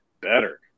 better